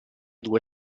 due